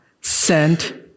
sent